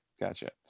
gotcha